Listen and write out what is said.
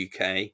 UK